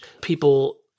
people